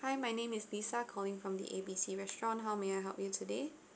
hi my name is lisa calling from the A B C restaurant how may I help you today